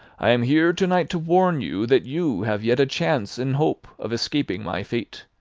i am here to-night to warn you, that you have yet a chance and hope of escaping my fate.